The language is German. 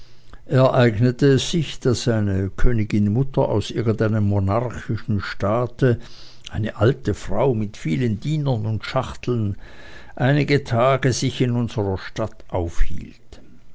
ereignete es sich daß eine königin-mutter aus irgendeinem monarchischen staate eine alte frau mit vielen dienern und schachteln einige tage sich in unserer stadt aufhielt